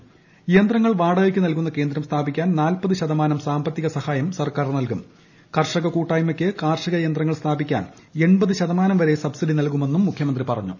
യിൽങ്ങൾ വാടകയ്ക്ക് നൽകുന്ന കേന്ദ്രം സ്ഥാപിക്കാൻ ്രാശ്രത്മാനം സാമ്പത്തിക സഹായം സർക്കാർ നൽകുംകർഷക കൂട്ടായ്മയ്ക്ക് കാർഷിക യന്ത്രങ്ങൾ സ്ഥാപിക്കാൻ ദ്ദ്മൂ ശ്തമാനം സബ്സിഡി നൽകുമെന്നും മുഖ്യമന്ത്രീട് പ്റഞ്ഞു